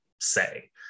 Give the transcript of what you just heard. say